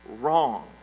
wrong